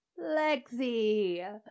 Lexi